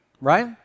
Right